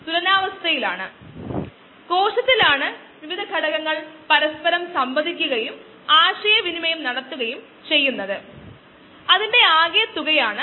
ഏകദേശം 6 മണിക്കൂർ കോശങ്ങളുടെ സാന്ദ്രത ഏകദേശം 28 മണിക്കൂർ വരെ വർദ്ധിക്കാൻ തുടങ്ങുകയും പിന്നീട് അത് മാറ്റമിലാതെ ഇരിക്കുകയും ചെയ്യും